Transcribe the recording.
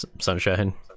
Sunshine